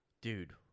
Dude